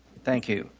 thank you